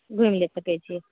घूमि लय सकैत छी